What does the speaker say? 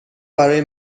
برای